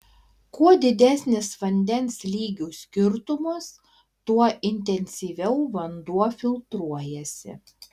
kuo didesnis vandens lygių skirtumas tuo intensyviau vanduo filtruojasi